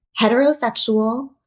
heterosexual